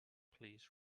please